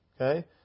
Okay